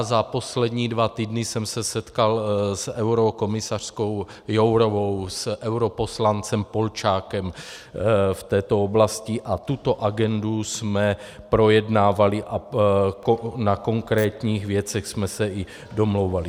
Za poslední dva týdny jsem se setkal s eurokomisařkou Jourovou, s europoslancem Polčákem v této oblasti a tuto agendu jsme projednávali a na konkrétních věcech jsme se i domlouvali.